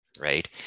right